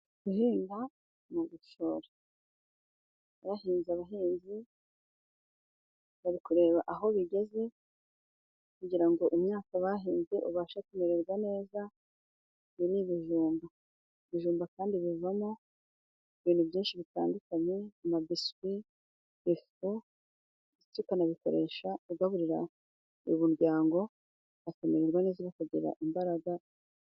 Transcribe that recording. Guhinga ni ugushora. Ahahinze abahinzi bari kureba aho bigeze kugira ngo imyaka bahinze ibashe kumererwa neza, ibi ni ibijumba. Ibijumba kandi bivamo ibintu byinshi bitandukanye amabiswi ifu, ndetse ukanabikoresha ugaburira umuryango, ukamererwa neza no kugira imbaraga.